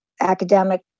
academic